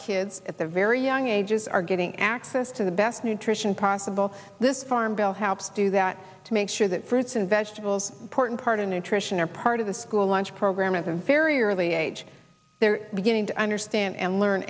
kids at the very young ages are getting access to the best nutrition possible this farm bill how to do that to make sure that fruits and vegetables porton part of nutrition are part of the school lunch program at the very early age they're beginning to understand and learn